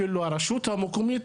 הרשות המקומית,